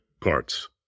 parts